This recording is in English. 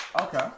Okay